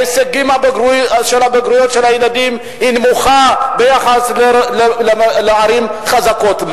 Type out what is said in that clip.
ההישגים של הילדים בבגרויות נמוכים ביחס לערים חזקות.